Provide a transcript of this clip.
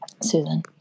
Susan